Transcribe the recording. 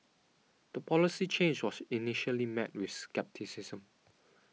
the policy change was initially met with scepticism